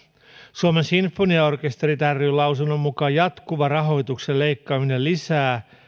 suomen sinfoniaorkesterit ryn lausunnon mukaan jatkuva rahoituksen leikkaaminen lisää